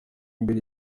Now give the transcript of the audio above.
imbere